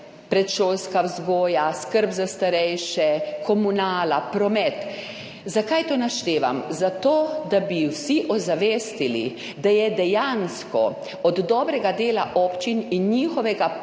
predšolska vzgoja, skrb za starejše, komunala, promet. Zakaj to naštevam? Zato, da bi vsi ozavestili, da je dejansko od dobrega dela občin in njihovega proračuna